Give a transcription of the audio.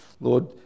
Lord